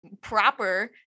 proper